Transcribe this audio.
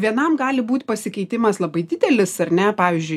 vienam gali būt pasikeitimas labai didelis ar ne pavyzdžiui